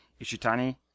Ishitani